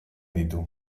ditu